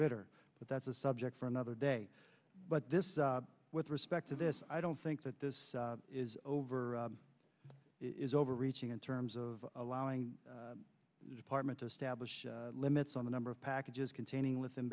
bidder but that's a subject for another day but this with respect to this i don't think that this is over is overreaching in terms of allowing the department establish limits on the number of packages containing within